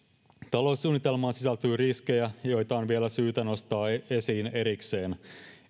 taloussuunnitelmaan sisältyy riskejä joita on vielä syytä nostaa esiin erikseen